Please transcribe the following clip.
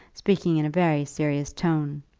speaking in a very serious tone.